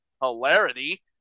hilarity